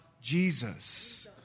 Jesus